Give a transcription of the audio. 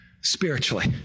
spiritually